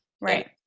Right